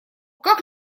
как